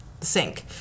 sink